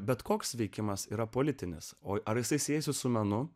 bet koks veikimas yra politinis o ar jisai siejasi su menu